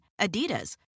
Adidas